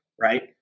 Right